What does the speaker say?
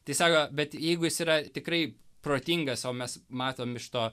tai sako bet jeigu jis yra tikrai protingas o mes matom iš to